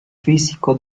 físico